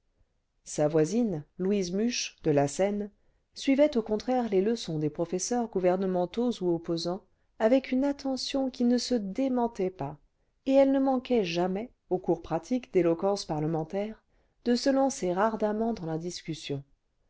sa voisine louise muche de la seine suivait au contraire les leçons des professeurs gouvernementaux ou opposants avec une attention qui ne se démentait pas et elle ne manquait jamais au cours pratique d'éloquence parlementaire de se lancer ardemment dans la discussion